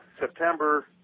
September